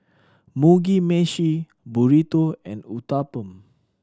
Mugi Meshi Burrito and Uthapam